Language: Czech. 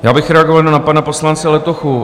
Já bych reagoval na pana poslance Letochu.